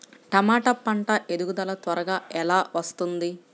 టమాట పంట ఎదుగుదల త్వరగా ఎలా వస్తుంది?